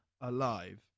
alive